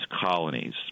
colonies